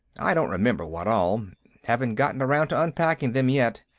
i don't remember what all haven't gotten around to unpacking them, yet.